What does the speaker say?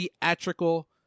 theatrical